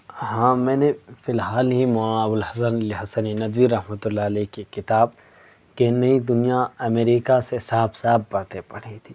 ہاں میں نے فی الحال ہی مولانا ابو الحسن حسنی ندوی رحمۃ اللہ کی کتاب کی نئی دنیا امریکہ سے صاف صاف باتیں پڑھی تھی